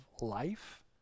life